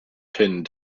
pinned